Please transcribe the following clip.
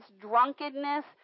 drunkenness